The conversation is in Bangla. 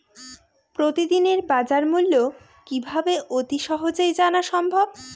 প্রতিদিনের বাজারমূল্য কিভাবে অতি সহজেই জানা সম্ভব?